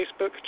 Facebook